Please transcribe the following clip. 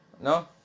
No